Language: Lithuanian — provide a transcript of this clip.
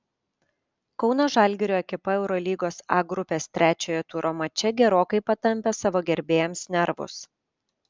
kauno žalgirio ekipa eurolygos a grupės trečiojo turo mače gerokai patampė savo gerbėjams nervus